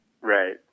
right